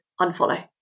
unfollow